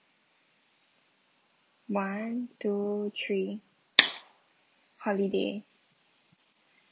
one two three holiday